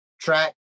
track